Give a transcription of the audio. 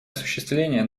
осуществление